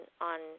on